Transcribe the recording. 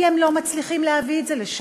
כי הם לא מצליחים להביא את זה לשם,